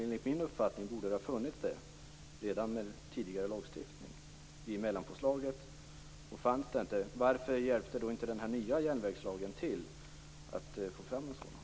Enligt min uppfattning borde det ha funnits en sådan redan i enlighet med tidigare lagstiftning vid mellanpåslaget. Om det inte fanns någon miljökonsekvensbeskrivning undrar jag varför den nya järnvägslagen inte bidrog till att man fick fram en sådan.